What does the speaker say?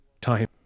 time